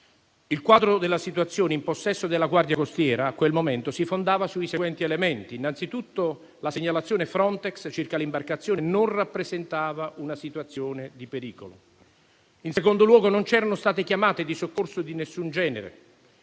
il quadro della situazione in possesso della Guardia costiera in quel momento si fondava sui seguenti elementi: innanzitutto la segnalazione Frontex circa l'imbarcazione non rappresentava una situazione di pericolo; in secondo luogo, non c'erano state chiamate di soccorso di nessun genere;